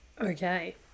Okay